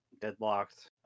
deadlocked